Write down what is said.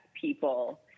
people